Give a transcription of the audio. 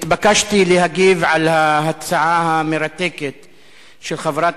התבקשתי להגיב על ההצעה המרתקת של חברת